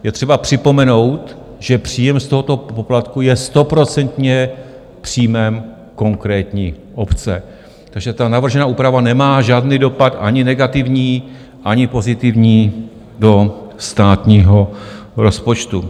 Je třeba připomenout, že příjem z tohoto poplatku je stoprocentně příjmem konkrétní obce, takže ta navržená úprava nemá žádný dopad, ani negativní, ani pozitivní, do státního rozpočtu.